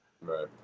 right